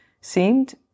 seemed